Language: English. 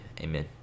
Amen